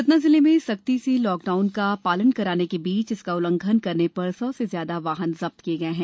सतना जिले में सख्ती से लॉकडाउन का पालन कराने के बीच इसका उल्लंघन करने पर सौ से ज्यादा वाहन जब्त किए गए हैं